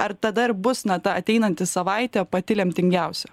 ar tada ir bus na ta ateinanti savaitė pati lemtingiausia